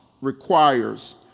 requires